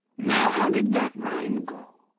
now, how did that rhyme go?